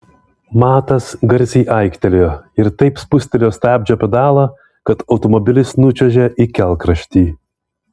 matas garsiai aiktelėjo ir taip spustelėjo stabdžio pedalą kad automobilis nučiuožė į kelkraštį